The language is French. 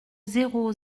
zéro